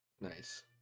Nice